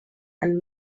and